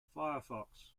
firefox